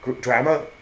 drama